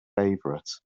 favorite